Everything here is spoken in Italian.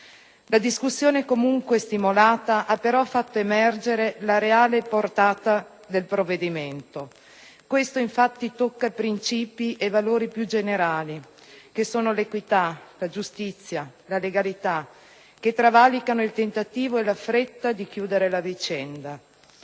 La discussione comunque stimolata ha però fatto emergere la reale portata del provvedimento. Questo, infatti, tocca princìpi e valori più generali, come l'equità, la giustizia, la legalità, che travalicano il tentativo e la fretta di chiudere la vicenda.